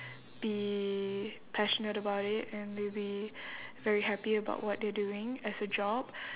be passionate about it and they'll be very happy about what they're doing as a job